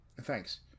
Thanks